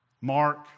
Mark